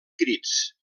crits